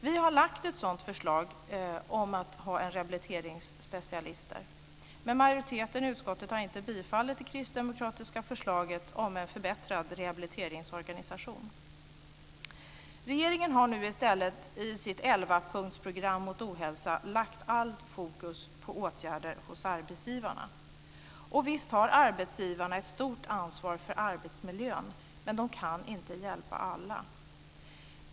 Vi har lagt fram ett förslag om att ha sådana rehabiliteringsspecialister, men majoriteten i utskottet har inte bifallit det kristdemokratiska förslaget om en förbättrad rehabiliteringsorganisation. Regeringen har nu i stället i sitt elvapunktsprogram mot ohälsa lagt allt fokus på åtgärder hos arbetsgivarna. Visst har arbetsgivarna ett stort ansvar för arbetsmiljön, men de kan inte hjälpa alla.